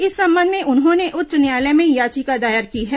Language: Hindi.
इस संबंध में उन्होंने उच्च न्यायालय में याचिका दायर की है